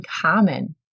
common